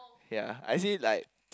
ya I see like